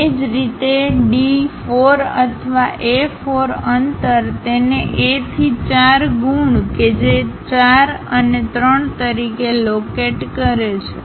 એ જ રીતે D 4 અથવા A 4 અંતર તેને A થી 4 ગુણ કે જે 4 અને 3 તરીકે લોકેટ કરે છે